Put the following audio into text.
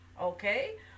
Okay